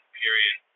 period